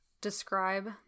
describe